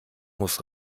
muss